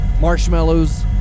marshmallows